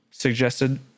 suggested